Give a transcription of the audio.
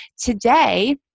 Today